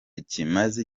kimaze